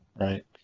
Right